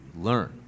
learn